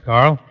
Carl